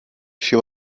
she